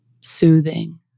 soothing